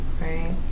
right